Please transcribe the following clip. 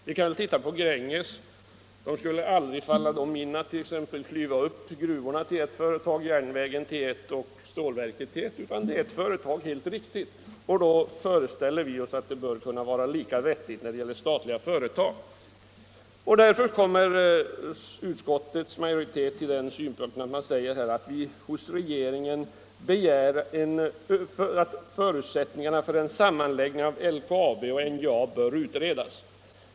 Vi kan se på Gränges: det skulle aldrig falla Gränges in att t.ex. klyva upp gruvorna till ett företag, järnvägen till ett annat och stålverket till ett tredje, utan alltsammans är helt riktigt ett enda företag. Vi föreställer oss att detta system bör vara lika vettigt när det gäller statliga företag. Och eftersom utskottets majoritet har kommit till den slutsatsen, begär vi hos regeringen att förutsättningarna för en sammanläggning av LKAB och NJA skall utredas.